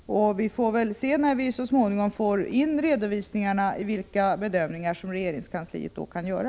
Vi får väl när vi så småningom får in redovisningarna i fråga se vilka bedömningar regeringskansliet kan göra.